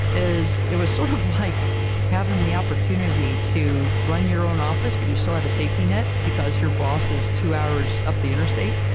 it was sort of like having the opportunity to run your own office, but you still have a safety net, because your boss is two hours up the interstate.